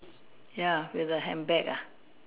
ya with a handbag ah